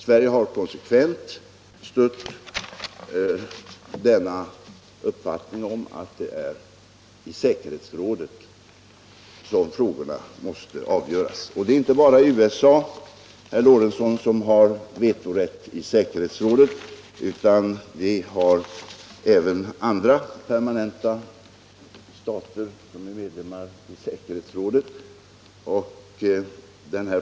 Sverige har konsekvent stött uppfattningen att det är i säkerhetsrådet som frågorna måste avgöras. Och det är inte bara USA, herr Lorentzon, som har vetorätt i säkerhetsrådet, utan det har också andra permanenta stater som är medlemmar i rådet.